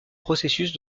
processus